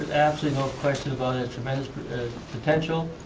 and absolutely no question about it, tremendous potential.